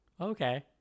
Okay